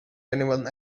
anyone